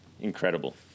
Incredible